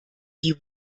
die